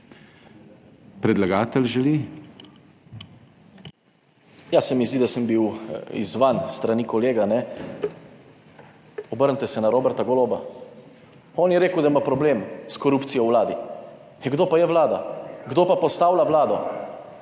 MAHNIČ (PS SDS): Ja, se mi zdi, da sem bil izzvan s strani kolega. Obrnite se na Roberta Goloba, on je rekel, da ima problem s korupcijo v Vladi. Kdo pa je Vlada? Kdo pa postavlja Vlado?